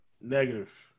Negative